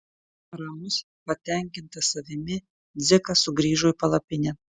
ramus patenkintas savimi dzikas sugrįžo į palapinę